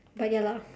but ya lah